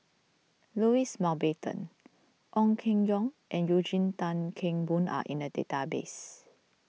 Louis Mountbatten Ong Keng Yong and Eugene Tan Kheng Boon are in the database